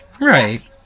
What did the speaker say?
right